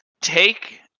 take